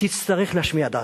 תצטרך להשמיע את דעתך,